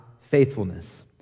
faithfulness